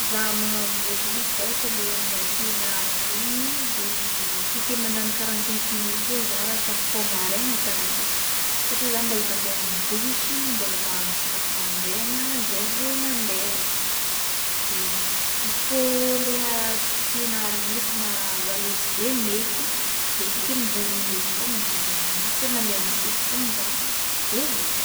Zaho manambotra le koa ohatra hoe ande ampiagnarana regny, de akeke mandagny quarante cinq minutes eo za ra tafifoha maraina tsara be, satria za mbola mande amy dosy mbola mahandro sakafo mandraigna zay vo mande, izy koa lera tsy fiagnarana ndraiky na za le tsy meky de akeke amy vignt minutes fogna de juste mande miseky fogna za de vita.